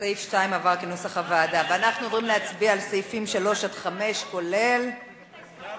אנחנו עוברים להצביע על סעיפים 3 5, כולל, גם